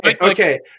okay